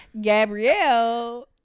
Gabrielle